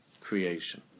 creation